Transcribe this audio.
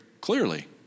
clearly